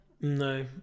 No